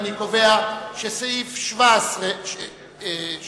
2. אני קובע שסעיף 17 התקבל,